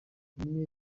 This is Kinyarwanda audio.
umwe